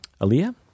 Aaliyah